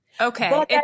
Okay